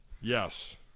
Yes